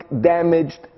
damaged